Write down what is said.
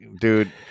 dude